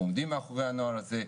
אנחנו עומדים מאחורי הנוהל הזה.